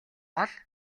гол